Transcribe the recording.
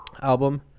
album